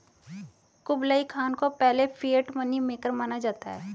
Kublai Khan को पहले fiat money maker माना जाता है